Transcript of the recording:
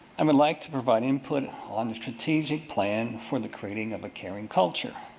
i would like to provide input on the strategic plan for the creating of a caring culture.